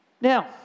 now